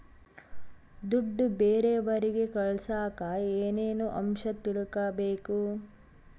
ದುಡ್ಡು ಬೇರೆಯವರಿಗೆ ಕಳಸಾಕ ಏನೇನು ಅಂಶ ತಿಳಕಬೇಕು?